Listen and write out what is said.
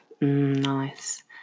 Nice